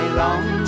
long